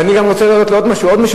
ואני גם רוצה להודות לעוד מישהו,